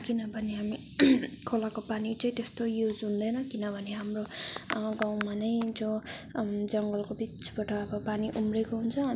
किनभने हामी खोलाको पानी चाहिँ त्यस्तो युज हुँदैन किनभने हाम्रो गाउँमा नै जो जङ्गलको बिचबट पानी उम्रिएको हुन्छ